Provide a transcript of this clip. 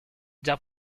già